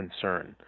concern